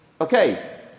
Okay